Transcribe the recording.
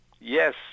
Yes